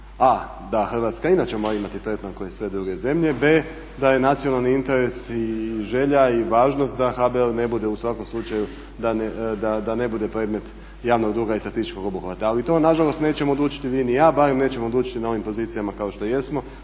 a) da Hrvatska inače mora imati tretman kao i sve druge zemlje, b) da je nacionalni interes i želja i važnost da HBOR ne bude u svakom slučaju da ne bude predmet javnog duga i statističkog obuhvata, ali to nažalost nećemo odlučiti vi ni ja, barem nećemo odlučiti na ovim pozicijama kao što jesmo